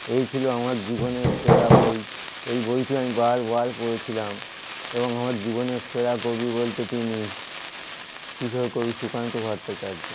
এই ছিলো আমার জীবনের সেরা বই এই বইটি আমি বারবার পড়েছিলাম এবং আমার জীবনের সেরা কবি বলতে তিনি কিশোর কবি সুকান্ত ভট্টাচার্য